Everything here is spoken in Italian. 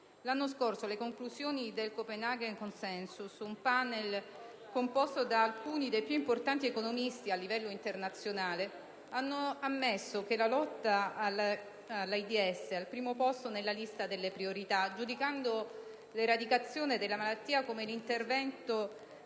L'anno scorso le conclusioni del Copenhagen Consensus, un *panel* composto da alcuni dei più importanti economisti a livello internazionale, hanno ammesso che la lotta all'AIDS è al primo posto nella lista delle priorità, giudicando l'eradicazione della malattia come l'intervento